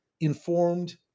informed